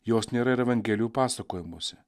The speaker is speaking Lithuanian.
jos nėra ir evangelijų pasakojimuose